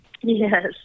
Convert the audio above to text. Yes